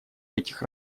этих